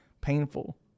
painful